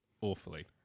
Awfully